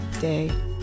day